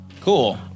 Cool